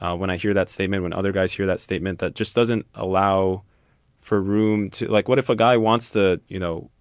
ah when i hear that statement, when other guys hear that statement, that just doesn't allow for room to like what if a guy wants to, you know,